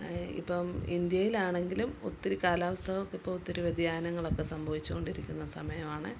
ഇപ്പോള് ഇന്ത്യയിലാണെങ്കിലും ഒത്തിരി കാലാവസ്ഥകൾക്ക് ഇപ്പോള് ഒത്തിരി വ്യതിയാനങ്ങളൊക്കെ സംഭവിച്ച് കൊണ്ടിരിക്കുന്ന സമയമാണ്